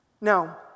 Now